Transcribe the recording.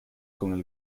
con